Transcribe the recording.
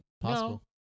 Possible